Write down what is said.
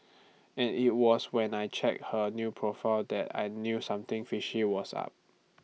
and IT was when I checked her new profile that I knew something fishy was up